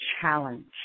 challenge